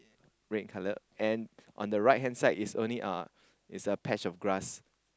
red in colour and on the right hand side is only uh is a patch of grass